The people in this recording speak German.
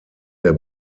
der